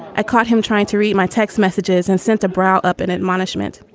i caught him trying to read my text messages and sent a brow up an admonishment.